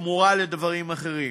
בתמורה לדברים אחרים.